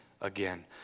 Again